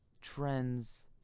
trends